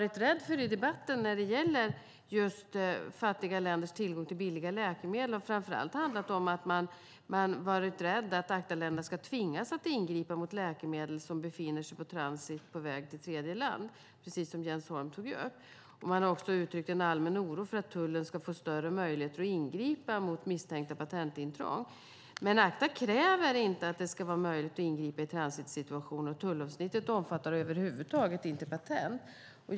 I debatten när det gäller fattiga länders tillgång till billiga läkemedel har man framför allt varit rädd för att ACTA-länderna ska tvingas ingripa mot läkemedel som befinner sig i transit på väg till tredjeland, precis som Jens Holm nämnde. Man har också uttryckt en allmän oro för att tullen ska få större möjligheter att ingripa mot misstänkta patentintrång. Men ACTA kräver inte att det ska vara möjligt att ingripa i transitsituationer, och tullavsnittet omfattar över huvud taget inte patent.